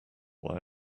why